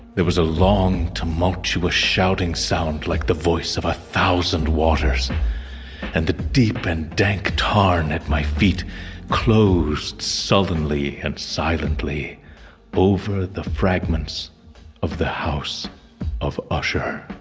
there was a long tumultuous shouting sound like the voice of a thousand waters and the deep and dank tarn at my feet closed suddenly and silently over the fragments of the house of usher.